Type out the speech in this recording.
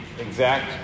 exact